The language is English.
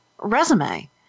resume